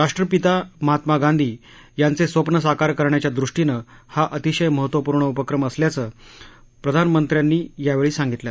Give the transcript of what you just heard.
राष्ट्रपिता महात्मा गांधी यांचं स्वप्न साकार करण्याच्यादृष्टीनं हा अतिशय महत्वपूर्ण उपक्रम असल्याचं प्रधानमंत्र्यांनी यावेळी सांगितलं